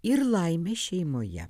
ir laimės šeimoje